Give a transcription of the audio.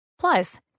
Plus